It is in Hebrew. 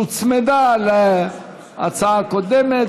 התשע''ח 2018, שהוצמדה להצעה הקודמת.